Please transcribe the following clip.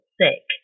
sick